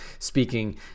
Speaking